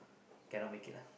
cannot make it lah